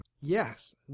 yes